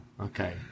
Okay